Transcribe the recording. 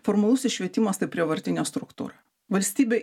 formalusis švietimas tai prievartinė struktūra valstybė